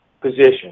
position